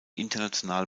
international